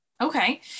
Okay